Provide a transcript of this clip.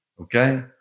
okay